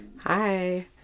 Hi